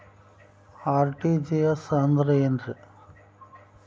RTGS ಅಂದ್ರ ಏನ್ರಿ?